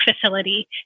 facility